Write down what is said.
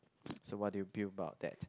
so what do you feel about that